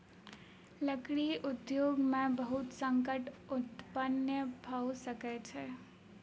लकड़ी उद्योग में बहुत संकट उत्पन्न भअ सकै छै